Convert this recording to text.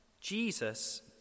Jesus